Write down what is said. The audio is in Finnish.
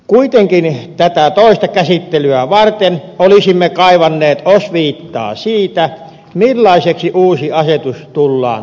kuitenkin tätä toista käsittelyä varten olisimme kaivanneet osviittaa siitä millaiseksi uusi asetus tullaan sorvaamaan